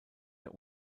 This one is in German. der